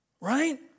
right